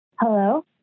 Hello